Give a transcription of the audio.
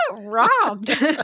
robbed